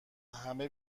همه